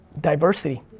diversity